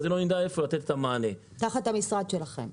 זה תחת המשרד שלכם?